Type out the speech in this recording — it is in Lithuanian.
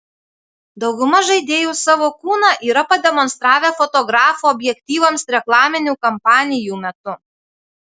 dauguma žaidėjų savo kūną yra pademonstravę fotografų objektyvams reklaminių kampanijų metu